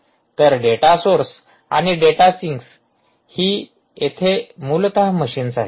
तर data source आणि data sink ही येथे मूलत मशीन्स आहेत